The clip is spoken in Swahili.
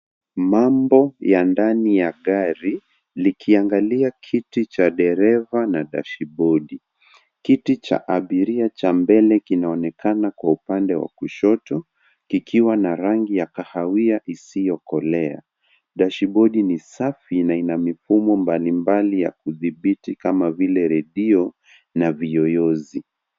Mambo ya ndani la gari likiangalia kiti cha dereva na dashibodi. Kiti cha abiria cha mbele kinaonekana kwa upande wa kushoto kikiwa na rangi ya kahawia isiyokolea. Dashibodi ni safi na ina mifumo mbalimbali ya kudhibiti kama vile redio na viyoyozi.